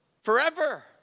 Forever